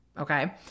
Okay